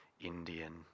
Indian